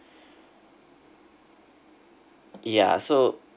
yeah so